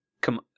Come